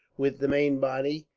with the main body,